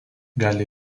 gali